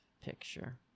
picture